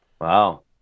Wow